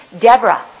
Deborah